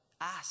Ask